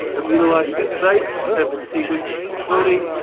immunological sites have been sequenced by cloning,